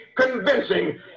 convincing